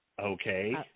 Okay